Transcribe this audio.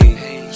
hey